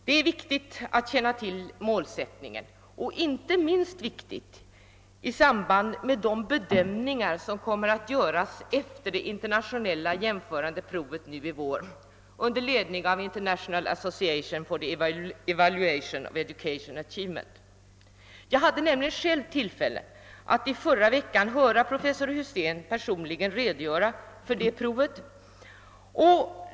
Det är viktigt att känna till målsättningen för skolans arbete, inte minst i samband med de bedömningar som kommer att göras efter det internationella jämförande provet kommande vår under ledning av International Association for the Evaluation of Educational Achievement. Jag hade tillfälle att i förra veckan höra professor Husén redogöra för detta prov.